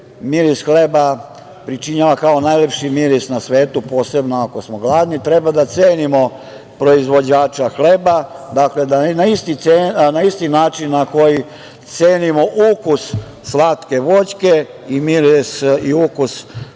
miris hleba pričinjava kao najlepši miris na svetu, posebno ako smo gladni, treba da cenimo proizvođače hleba, dakle da na isti način na koji cenimo ukus slatke voćke i miris i ukus